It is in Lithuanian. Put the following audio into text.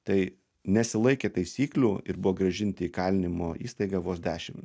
tai nesilaikė taisyklių ir buvo grąžinti į įkalinimo įstaigą vos dešim